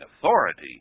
authority